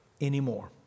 anymore